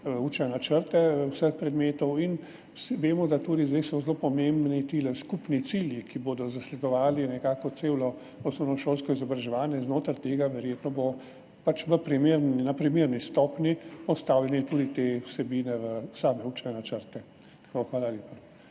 učne načrte vseh predmetov. Vemo, da so zdaj zelo pomembni ti skupni cilji, ki bodo zasledovali nekako celo osnovnošolsko izobraževanje in znotraj tega bodo verjetno pač na primerni stopnji postavljali tudi te vsebine v same učne načrte. Hvala lepa.